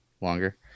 longer